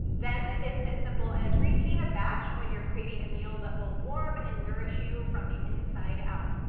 then it's as simple as reheating a batch when you're craving a meal that will warm and nourish you from the inside out.